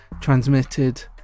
transmitted